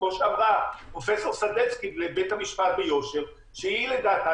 כמו שאמרה פרופסור סדצקי בבית-המשפט ביושר שלדעתה